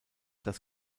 das